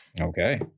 okay